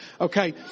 Okay